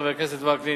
חבר הכנסת וקנין,